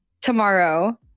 tomorrow